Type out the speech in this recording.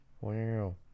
Wow